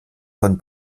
von